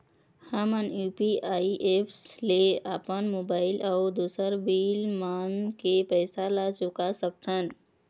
हमन UPI app ले अपन मोबाइल अऊ दूसर बिल मन के पैसा ला चुका सकथन